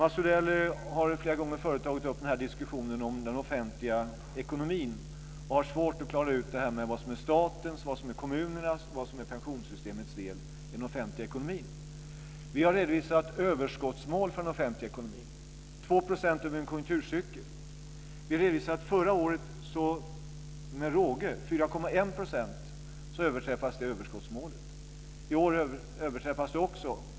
Mats Odell har flera gånger förut tagit upp diskussionen om den offentliga ekonomin och har svårt att klara ut vad som är statens, kommunernas och pensionssystemets del i den offentliga ekonomin. I år överträffas det också.